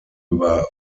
über